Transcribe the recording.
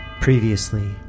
Previously